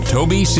Toby